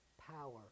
power